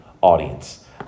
audience